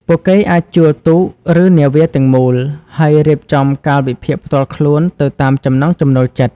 ពួកគេអាចជួលទូក ឬនាវាទាំងមូល ហើយរៀបចំកាលវិភាគផ្ទាល់ខ្លួនទៅតាមចំណង់ចំណូលចិត្ត។